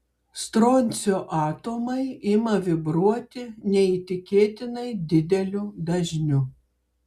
stroncio atomai ima vibruoti neįtikėtinai dideliu dažniu